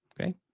okay